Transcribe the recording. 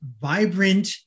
vibrant